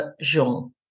Jean